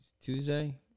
Tuesday